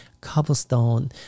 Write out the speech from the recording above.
cobblestone